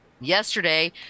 Yesterday